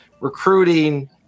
recruiting